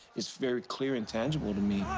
it's very clear and tangible to me.